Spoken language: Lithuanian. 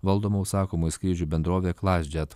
valdoma užsakomųjų skrydžių bendrovė klasjet